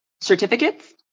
certificates